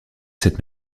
cette